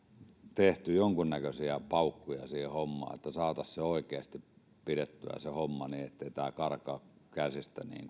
tehty jonkunnäköisiä paukkuja siihen hommaan että saataisiin oikeasti pidettyä se homma niin ettei tämä karkaa käsistä niin